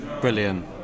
Brilliant